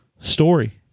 story